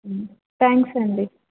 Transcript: thanks అండి